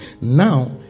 Now